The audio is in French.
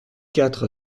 quatre